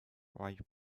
ripe